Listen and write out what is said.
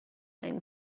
and